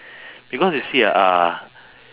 because you see ah uh